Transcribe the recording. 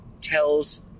tells